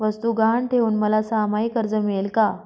वस्तू गहाण ठेवून मला सहामाही कर्ज मिळेल का?